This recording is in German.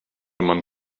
mann